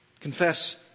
Confess